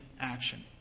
action